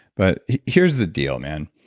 but here's the deal, man.